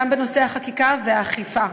גם בנושא החקיקה והאכיפה.